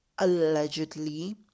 allegedly